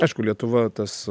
aišku lietuva tas